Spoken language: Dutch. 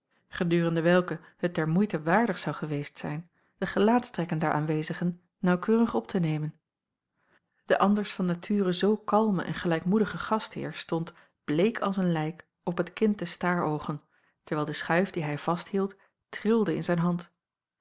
gedurende welke het der moeite waardig zou geweest zijn de gelaatstrekken der aanwezigen naauwkeurig op te nemen de anders van nature zoo kalme en gelijkmoedige gastheer stond bleek als een lijk op het kind te staroogen terwijl de schuif die hij vasthield trilde in zijn hand